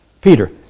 Peter